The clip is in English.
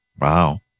Wow